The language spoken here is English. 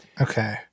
Okay